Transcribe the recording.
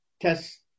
test